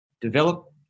develop